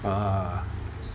uh